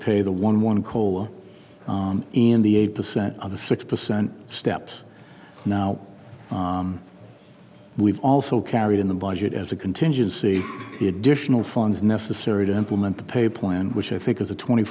pay the one one cola in the eight percent on the six percent steps now we've also carried in the budget as a contingency the additional funds necessary to implement the pay plan which i think is a twenty